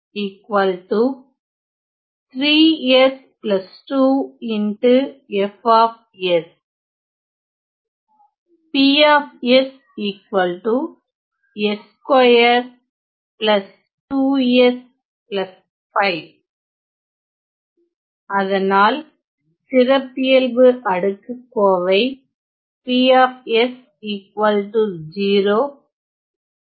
தீர்வு அதனால் சிறப்பியல்பு அடுக்குக்கோவை